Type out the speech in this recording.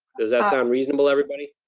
does that sound reasonable, everybody?